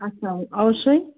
আচ্ছা অব অবশ্যই